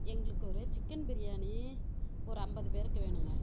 எங்களுக்கு ஒரு சிக்கன் பிரியாணி ஒரு ஐம்பது பேருக்கு வேணுங்க